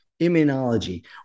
immunology